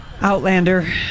Outlander